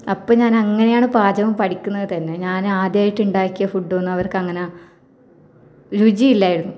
അപ്പം ഞാനങ്ങനെയാണ് പാചകം പഠിക്കുന്നത് തന്നെ ഞാന് ആദ്യമായിട്ട് ഉണ്ടാക്കിയ ഫുഡൊന്നും അവർക്കങ്ങനെ രുചിയില്ലായിരുന്നു